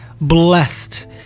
blessed